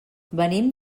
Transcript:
venim